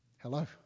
Hello